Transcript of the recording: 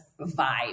vibe